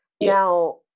Now